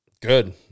Good